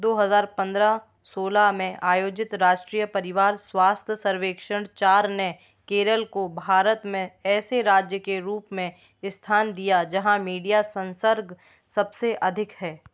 दो हजार पंद्रह सोलह में आयोजित राष्ट्रीय परिवार स्वास्थ्य सर्वेक्षण चार ने केरल को भारत में ऐसे राज्य के रूप में स्थान दिया जहाँ मीडिया संसर्ग सबसे अधिक है